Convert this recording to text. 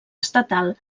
estatal